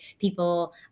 people